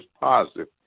positive